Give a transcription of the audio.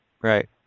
Right